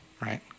right